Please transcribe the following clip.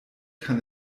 kann